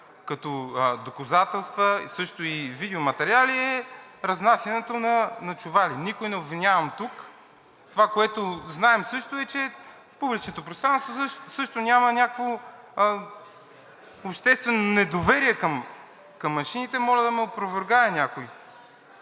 като доказателства, а също и видеоматериали, е разнасянето на чували. Никой не обвинявам тук. Това, което знаем също, е, че в публичното пространство също няма някакво обществено недоверие към машините. Моля да ме опровергае някой.